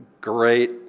great